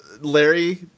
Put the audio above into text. Larry